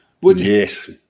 Yes